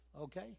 okay